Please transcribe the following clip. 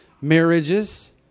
marriages